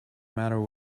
matter